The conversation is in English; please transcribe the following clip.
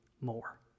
more